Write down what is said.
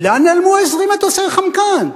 לאן נעלמו 20 מטוסי "חמקן"?